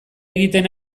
egiten